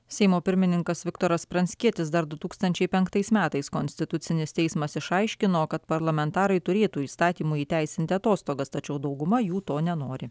seimo pirmininkas viktoras pranckietis dar du tūkstančiai penktais metais konstitucinis teismas išaiškino kad parlamentarai turėtų įstatymu įteisinti atostogas tačiau dauguma jų to nenori